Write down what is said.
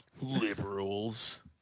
Liberals